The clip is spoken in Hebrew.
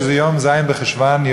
שזה יום ז' בחשוון,